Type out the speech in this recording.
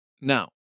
Now